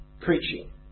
preaching